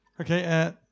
okay